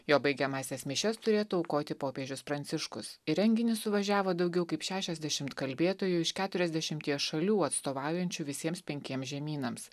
jo baigiamąsias mišias turėtų aukoti popiežius pranciškus į renginį suvažiavo daugiau kaip šešiasdešimt kalbėtojų iš keturiasdešimties šalių atstovaujančių visiems penkiems žemynams